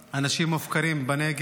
האנשים מופקרים בנגב.